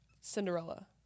Cinderella